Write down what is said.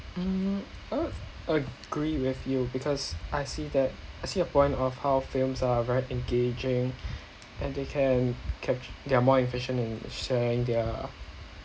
mm a~ agree with you because I see that I see your point of how films are very engaging and they can catch they are more efficient in sharing their